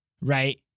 right